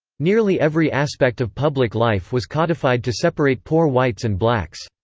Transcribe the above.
nearly every aspect of public life was codified to separate poor whites and blacks.